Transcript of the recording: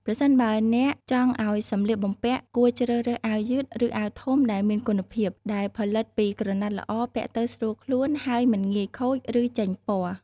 ប្រសិនបើអ្នកចង់ឱ្យសម្លៀកបំពាក់ គួរជ្រើសរើស អាវយឺត ឬអាវធំដែលមានគុណភាព ដែលផលិតពីក្រណាត់ល្អ ពាក់ទៅស្រួលខ្លួន ហើយមិនងាយខូច ឬចេញពណ៍។